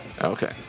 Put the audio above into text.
Okay